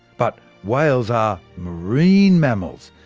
but, whales are marine mammals,